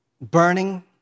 burning